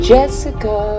Jessica